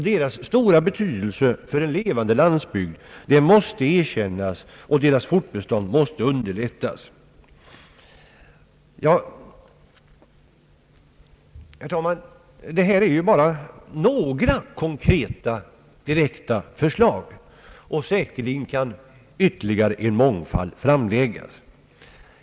Deras stora betydelse för en levande landsbygd måste erkännas, och deras fortbestånd måste underlättas. Herr talman! Detta är bara några konkreta förslag. Säkerligen kan ytterligare en mångfald framläggas.